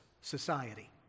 society